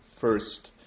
first